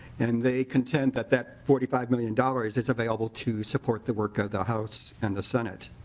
and they contend that that forty five million dollars is available to support the work of the house and the senate.